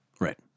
Right